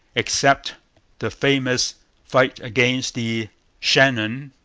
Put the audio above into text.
except the famous fight against the shannon,